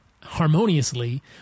harmoniously